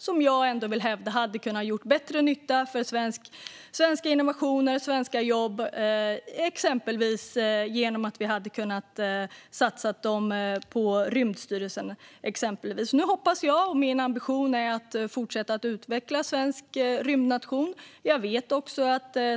Jag vill hävda att de pengarna hade kunnat göra bättre nytta för svenska innovationer och svenska jobb, exempelvis genom att vi hade kunnat satsa dem på Rymdstyrelsen. Nu är min ambition att fortsätta utveckla Sverige som rymdnation.